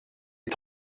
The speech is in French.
est